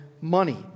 money